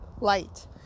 light